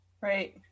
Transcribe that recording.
Right